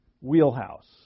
wheelhouse